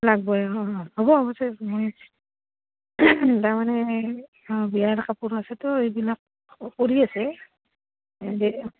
লাগবই অঁ অঁ হ'ব মই তাৰমানে অঁ বিয়াৰ কাপোৰ আছেতো এইবিলাক কৰি আছে